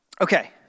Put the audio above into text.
okay